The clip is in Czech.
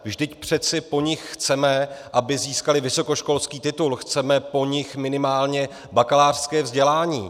Vždyť přece po nich chceme, aby získaly vysokoškolský titul, chceme po nich minimálně bakalářské vzdělání.